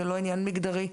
זה לא עניין מגדרי,